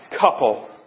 Couple